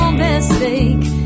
mistake